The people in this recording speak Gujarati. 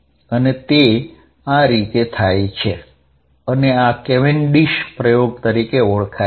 અને તે આ રીતે થાય છે અને આ કેવેન્ડિશ પ્રયોગ તરીકે ઓળખાય છે